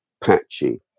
patchy